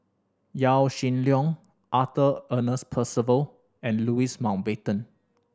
Yaw Shin Leong Arthur Ernest Percival and Louis Mountbatten